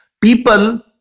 People